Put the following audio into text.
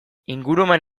ingurumen